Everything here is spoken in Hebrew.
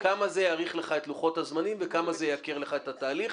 בכמה זה יאריך לך את לוחות הזמנים ובכמה זה ייקר לך את התהליך.